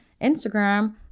Instagram